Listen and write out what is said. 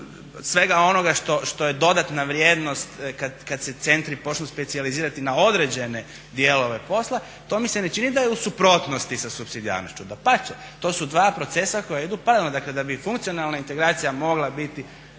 svega onoga što je dodatna vrijednost kada se centri počnu specijalizirati na određene dijelove posla, to mi se ne čini da je u suprotnosti sa supsidijarnošću, dapače, to su dva procesa koja idu paralelno. Dakle da bi funkcionalna integracija mogla biti